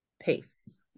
pace